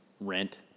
rent